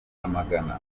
amagana